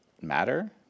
matter